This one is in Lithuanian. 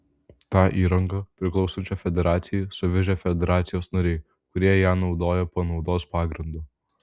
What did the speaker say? tą įrangą priklausančią federacijai suvežė federacijos nariai kurie ją naudoja panaudos pagrindu